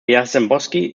jarzembowski